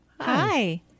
Hi